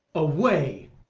away!